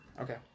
Okay